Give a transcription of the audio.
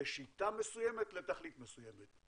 בשיטה מסוימת, לתכלית מסוימת.